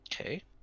Okay